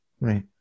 Right